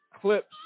clips